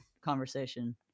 conversation